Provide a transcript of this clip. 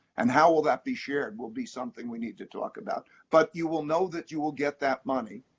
and how will that be shared, will be something we need to talk about. but you will know that you will get that money.